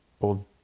old